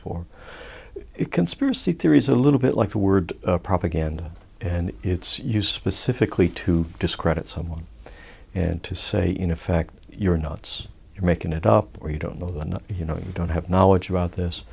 for it conspiracy theories a little bit like the word propaganda and it's you specifically to discredit someone and to say you know fact you're nuts you're making it up or you don't know when you know you don't have knowledge about this